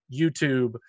YouTube